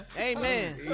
Amen